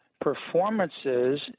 performances